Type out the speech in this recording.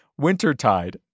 Wintertide